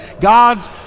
God's